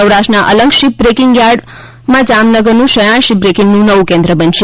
સૌરાષ્ટ્રના Alang ship breaking yard પાડી જામનગરનું સયાણ શીપબ્રેકિંગનું નવું કેન્દ્ર બનશે